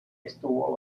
estuvo